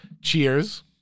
cheers